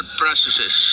processes